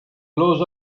blows